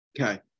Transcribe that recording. Okay